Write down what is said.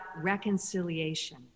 reconciliation